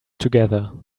together